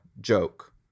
joke